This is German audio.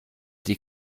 die